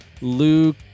Luke